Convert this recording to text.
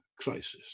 crisis